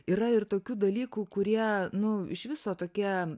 yra ir tokių dalykų kurie nu iš viso tokie